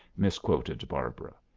misquoted barbara.